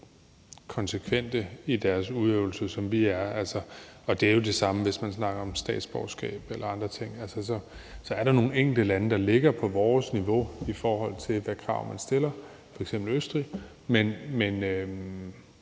konsekvente i deres udøvelse, som vi er. Og det er jo det samme, hvis man snakker om statsborgerskab eller andre ting. Så er der nogle enkelte lande, der ligger på vores niveau, i forhold til hvilke krav man stiller, f.eks. Østrig, men